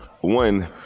one